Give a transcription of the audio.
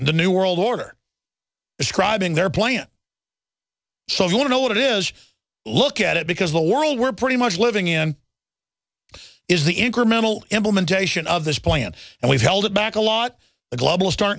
the new world order describing their plan so you'll know what it is look at it because the world we're pretty much living in is the incremental implementation of this plan and we've held it back a lot of global start